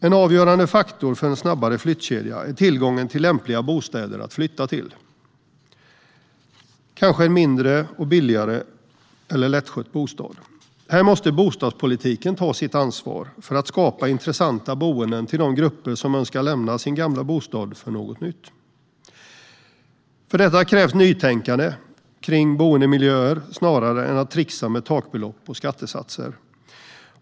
En avgörande faktor för en snabbare flyttkedja är tillgången till lämpliga bostäder att flytta till, kanske en mindre och billigare eller lättskött bostad. Här måste bostadspolitiken ta sitt ansvar för att skapa intressanta boenden för de grupper som önskar lämna sin gamla bostad för något nytt. För detta krävs nytänkande kring boendemiljöer snarare än tricksande med takbelopp och skattesatser.